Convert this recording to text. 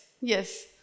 yes